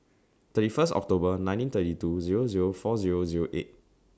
thirty First October nineteen thirty two Zero Zero four Zero Zero eight